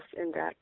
index